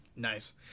Nice